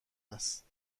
است